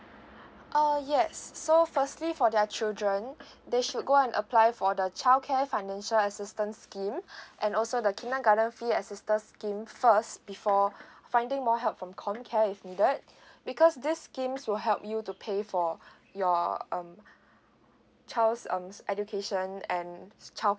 oh yes so firstly for their children they should go and apply for the childcare financial assistance scheme and also the kindergarten fee assistance scheme first before finding more help from comcare if needed because this scheme will help you to pay for your um child's um education and child